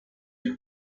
you